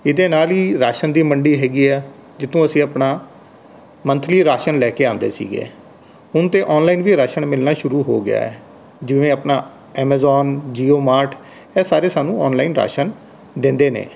ਇਹਦੇ ਨਾਲ ਹੀ ਰਾਸ਼ਨ ਦੀ ਮੰਡੀ ਹੈਗੀ ਆ ਜਿਹਤੋਂ ਅਸੀਂ ਆਪਣਾ ਮੰਥਲੀ ਰਾਸ਼ਨ ਲੈ ਕੇ ਆਉਂਦੇ ਸੀਗੇ ਹੁਣ ਤਾਂ ਔਨਲਾਈਨ ਵੀ ਰਾਸ਼ਨ ਮਿਲਣਾ ਸ਼ੁਰੂ ਹੋ ਗਿਆ ਹੈ ਜਿਵੇਂ ਆਪਣਾ ਐਮਾਜ਼ੋਨ ਜੀਓ ਮਾਟ ਇਹ ਸਾਰੇ ਸਾਨੂੰ ਔਨਲਾਈਨ ਰਾਸ਼ਨ ਦਿੰਦੇ ਨੇ